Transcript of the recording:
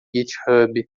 github